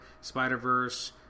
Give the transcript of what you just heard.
Spider-Verse